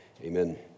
Amen